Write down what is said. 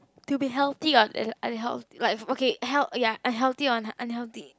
to be healthy or unheal~ like okay health ya healthy or unhealthy